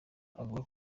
avuga